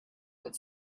with